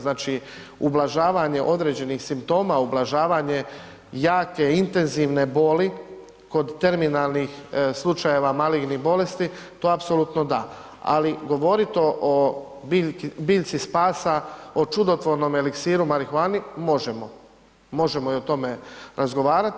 Znači, ublažavanje određenih simptoma, ublažavanje jake intenzivne boli kod terminalnih slučajeva malignih bolesti to apsolutno da, ali govorit o, o biljci spada, o čudotvornom eliksiru marihuani možemo, možemo i o tome razgovarat.